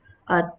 uh